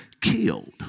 killed